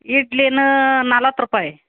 ಇಡ್ಲಿಯೂ ನಲ್ವತ್ತು ರೂಪಾಯಿ